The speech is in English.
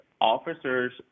officers